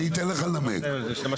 אני אתן לך לנמק, בבאות.